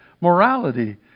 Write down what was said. morality